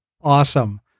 Awesome